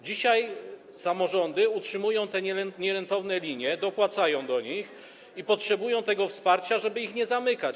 Dzisiaj samorządy utrzymują te nierentowne linie, dopłacają do nich i potrzebują tego wsparcia, żeby ich nie zamykać.